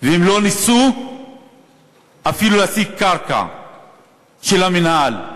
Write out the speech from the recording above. הם לא ניסו אפילו להשיג קרקע של המינהל,